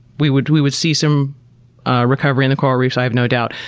we would we would see some ah recovery in the coral reefs. i have no doubt.